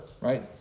right